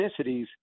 ethnicities